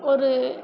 ஒரு